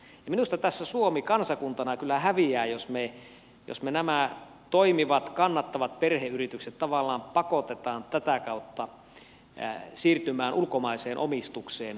minusta tässä suomi kansakuntana kyllä häviää jos me nämä toimivat kannattavat perheyritykset tavallaan pakotamme tätä kautta siirtymään ulkomaiseen omistukseen